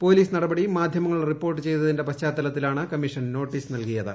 police നടപടി മാധൃമങ്ങൾ report ചെയ്തതിന്റെ പശ്ചാത്തലത്തിലാണ് കമ്മീഷൻ നോട്ടീസ് നൽകിയത്